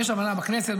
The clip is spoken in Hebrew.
יש הבנה בכנסת,